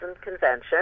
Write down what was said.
convention